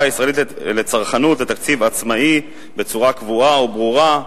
המועצה הישראלית לצרכנות לתקציב עצמאי בצורה קבועה וברורה.